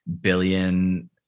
billion